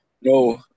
No